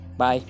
Bye